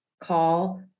call